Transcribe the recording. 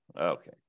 Okay